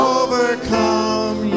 overcome